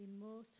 immortal